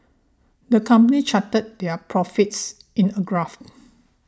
the company charted their profits in a graph